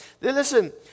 Listen